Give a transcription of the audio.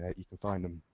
you can find them,